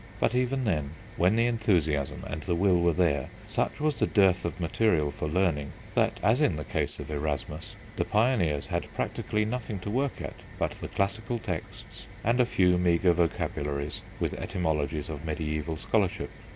but even then, when the enthusiasm and the will were there, such was the dearth of material for learning that, as in the case of erasmus, the pioneers had practically nothing to work at but the classical texts and a few meagre vocabularies with etymologies of mediaeval scholarship.